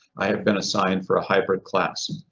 i have been assigned for a hybrid class.